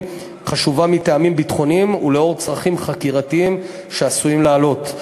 חשובה מטעמים ביטחוניים ולאור צרכים חקירתיים שעשויים לעלות.